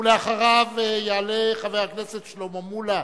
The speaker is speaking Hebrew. ואחריו יעלה חבר הכנסת שלמה מולה,